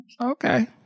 Okay